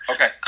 Okay